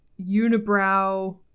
unibrow